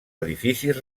edificis